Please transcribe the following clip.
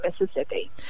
Mississippi